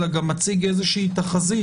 אלא גם מציג איזושהי תחזית,